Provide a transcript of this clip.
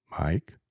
Mike